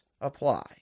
apply